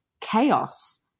chaos